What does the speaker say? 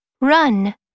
run